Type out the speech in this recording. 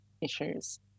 issues